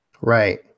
right